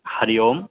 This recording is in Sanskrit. हरिः ओम्